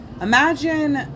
Imagine